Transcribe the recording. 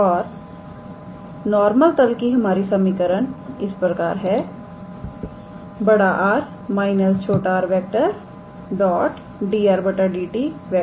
और नॉर्मल तल की हमारी समीकरण इस प्रकार है 𝑅⃗⃗ − 𝑟⃗ 𝑑𝑟⃗ 𝑑𝑡 0